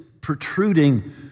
protruding